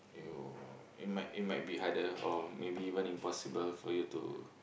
you it might it might be harder or maybe even impossible for you to